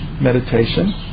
meditation